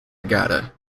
regatta